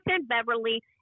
Beverly